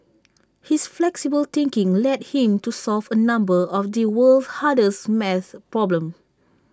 his flexible thinking led him to solve A number of the world's hardest math problems